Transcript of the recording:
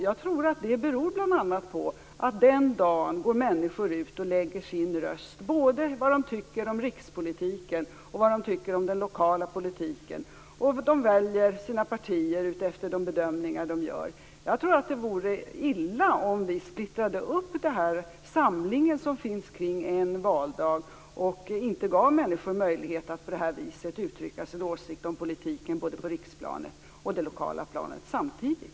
Jag tror att det bl.a. beror på att människor på valdagen går ut och lägger sin röst både när det gäller vad de tycker om rikspolitiken och om den lokala politiken. De väljer sina partier utefter de bedömningar de gör. Jag tror att det vore illa om vi splittrade den samling som finns kring en valdag och inte gav människor möjlighet att på detta vis uttrycka sin åsikt om politiken både på riksplanet och det lokala planet samtidigt.